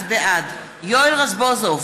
בעד יואל רזבוזוב,